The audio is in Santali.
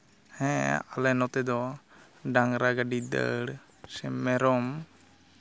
ᱦᱮᱸ ᱟᱞᱮ ᱱᱚᱛᱮ ᱫᱚ ᱰᱟᱝᱨᱟ ᱜᱟᱹᱰᱤ ᱫᱟᱹᱲ ᱥᱮ ᱢᱮᱨᱚᱢ